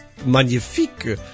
Magnifique